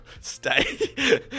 stay